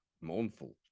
mournful